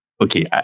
okay